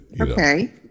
okay